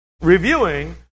reviewing